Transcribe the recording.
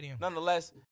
nonetheless